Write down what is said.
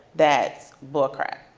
that's bull crap.